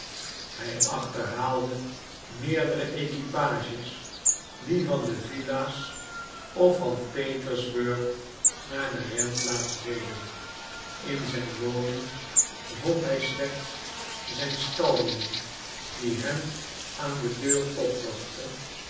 hij achterhaalde meerdere equipages die van de villa's of van petersburg naar de renplaats reden in zijn woning vond hij slechts zijn staljongen die hem aan de deur